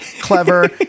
clever